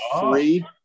three